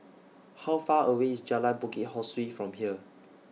How Far away IS Jalan Bukit Ho Swee from here